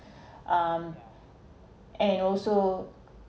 um and also